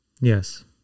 yes